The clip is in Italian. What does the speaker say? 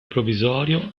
provvisorio